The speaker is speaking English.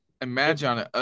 imagine